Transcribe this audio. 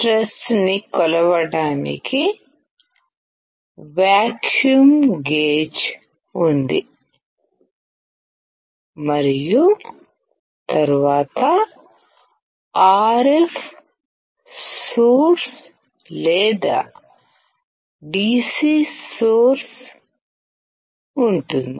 stress ని కొలవడానికి vacuum gauge ఉంది మరియు తరువాత ఆర్ఎఫ్ సోర్స్ లేదా డిసి సోర్స్ ఉంటుంది